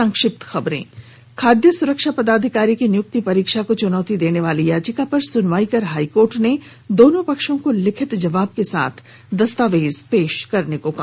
संक्षिप्त खबरें खाद्य सुरक्षा पदाधिकारी की नियुक्ति परीक्षा को चुनौती देने वाली याचिका पर सुनवाई कर हाइकोर्ट ने दोनों पक्षों को लिखित जवाब के साथ दस्तावेज पेश करने को कहा है